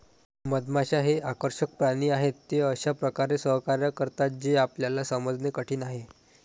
मधमाश्या हे आकर्षक प्राणी आहेत, ते अशा प्रकारे सहकार्य करतात जे आपल्याला समजणे कठीण आहे